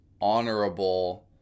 honorable